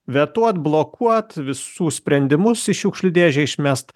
vetuot blokuot visų sprendimus į šiukšlių dėžę išmest